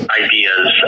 ideas